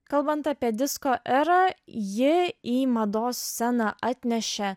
kalbant apie disko erą ji į mados sceną atnešė